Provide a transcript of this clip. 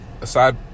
aside